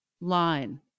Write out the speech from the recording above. line